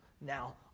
now